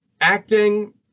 Acting